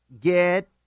get